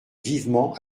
vivement